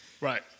Right